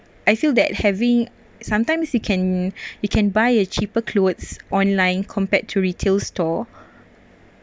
I feel that having sometimes you can you can buy a cheaper clothes online compared to retail store